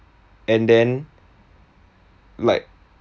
and then like